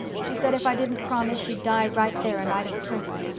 she said if i didn't promise she'd die right there and i'd have killed her.